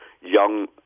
young